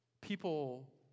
People